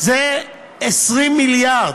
זה 20 מיליארד,